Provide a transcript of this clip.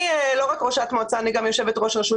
אני לא רק ראשת מועצה אלא אני גם יושבת ראש רשות